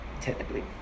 technically